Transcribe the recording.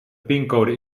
pincode